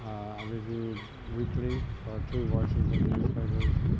i reviewed weekly for two washington newspapers,